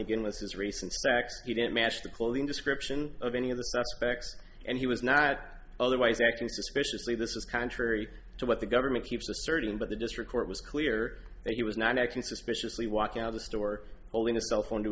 even with his recent stacks he didn't match the clothing description of any of the suspects and he was not otherwise acting suspiciously this is contrary to what the government keeps asserting but the district court was clear that he was not acting suspiciously walking out of the store holding a cell phone to